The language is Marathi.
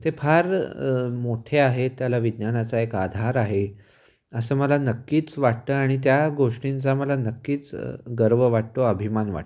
ते फार मोठे आहेत त्याला विज्ञानाचा एक आधार आहे असं मला नक्कीच वाटतं आणि त्या गोष्टींचा मला नक्कीच गर्व वाटतो अभिमान वाटतो